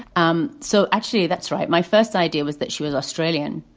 um so actually, that's right. my first idea was that she was australian.